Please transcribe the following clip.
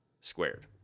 squared